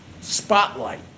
spotlight